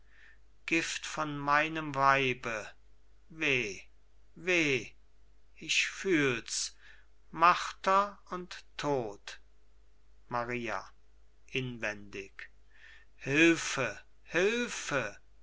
gift von meinem weibe weh weh ich fühl's marter und tod maria inwendig hülfe hülfe